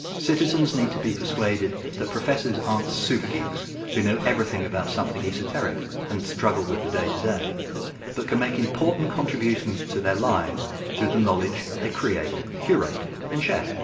citizens need to be persuaded that professors aren't super geeks who know everything about something esoteric and struggle with the day-to-day, but can make important contributions to their lives through the knowledge they create, curate and share.